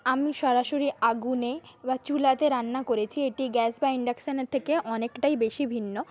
আমি সরাসরি আগুনে বা চুলাতে রান্না করেছি এটি গ্যাস বা ইন্ডাকশানের থেকে অনেকটাই বেশি ভিন্ন